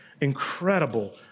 incredible